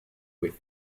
with